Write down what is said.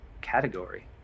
category